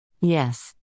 Yes